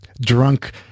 drunk